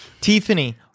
Tiffany